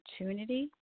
opportunity